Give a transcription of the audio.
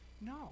No